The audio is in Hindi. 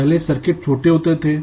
पहले सर्किट छोटे थे